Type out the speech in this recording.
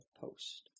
post